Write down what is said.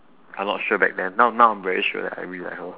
I not sure back then now now I'm very sure that I really like her